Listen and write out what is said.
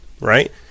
right